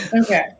Okay